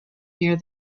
near